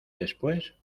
después